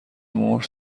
مهر